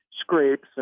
scrapes